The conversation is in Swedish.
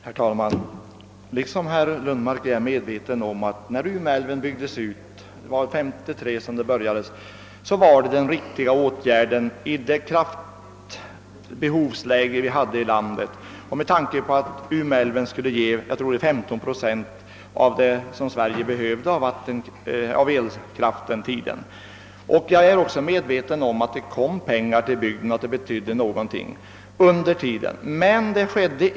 Herr talman! I likhet med herr Lundmark är jag medveten om att den utbyggnad som skedde med Umeälv år 1953 var en riktig åtgärd i det kraftbehovsläge vari vi vid den tiden befann oss och med tanke på att Umeälv skulle ge de 15 procent av den elkraft som Sverige då ytterligare behövde. Jag är också medveten om att det kom pengar till bygden och att dessa betydde mycket under själva utbyggnadstiden.